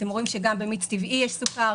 אתם רואים שגם במיץ טבעי יש סוכר,